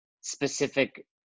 specific